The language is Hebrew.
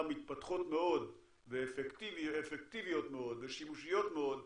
מתפתחות מאוד ואפקטיביות מאוד ושימושיות מאוד,